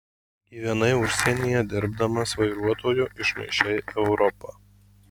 gyvenai užsienyje dirbdamas vairuotoju išmaišei europą